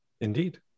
Indeed